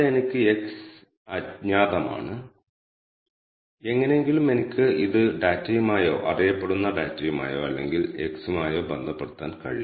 നിങ്ങളുടെ വർക്ക്സ്പെയ്സിലേക്ക് data frame load ചെയ്താൽ ഇങ്ങനെയാണ് നിങ്ങൾക്ക് കാണാൻ കഴിയുന്നത്